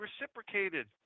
reciprocated